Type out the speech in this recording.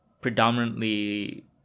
predominantly